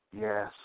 Yes